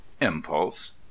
impulse